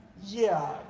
yeah.